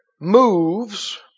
moves